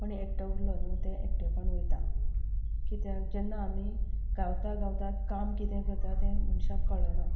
कोणूय एकटो उरलो न्ही तें एकटेपण वता कित्याक जेन्ना आमी गायता गायता काम कितें करता तें मनशाक कळना